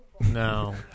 no